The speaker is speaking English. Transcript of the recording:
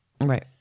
Right